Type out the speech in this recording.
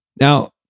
now